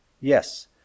Yes